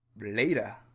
Later